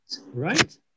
Right